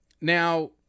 Now